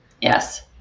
Yes